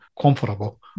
comfortable